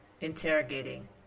interrogating